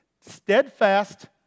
Steadfast